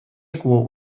aequo